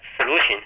solution